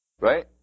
right